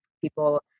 people